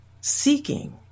seeking